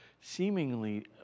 seemingly